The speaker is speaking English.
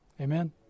Amen